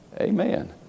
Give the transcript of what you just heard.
Amen